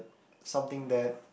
something that